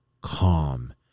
calm